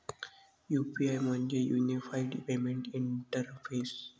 UPI म्हणजे unified payment interface